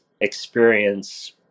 experience